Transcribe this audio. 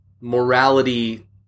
morality